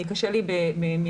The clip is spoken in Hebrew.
קשה לי מעמדתי,